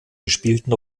gespielten